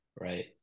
right